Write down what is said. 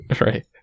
Right